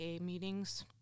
meetings